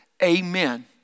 Amen